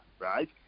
right